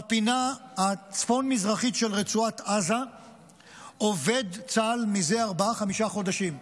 בפינה הצפון-מזרחית של רצועת עזה עובד צה"ל מזה ארבעה-חמישה חודשים,